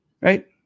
right